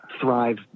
thrive